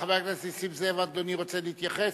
חבר הכנסת נסים זאב, אדוני רוצה להתייחס?